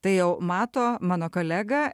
tai jau mato mano kolegą